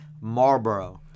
Marlboro